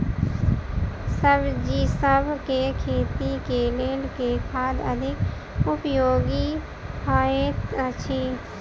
सब्जीसभ केँ खेती केँ लेल केँ खाद अधिक उपयोगी हएत अछि?